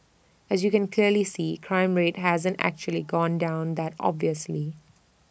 as you can clearly see crime rate hasn't actually gone down that obviously